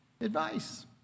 advice